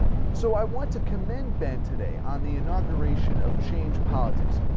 so, i want to commend ben today on the inauguration of change politics,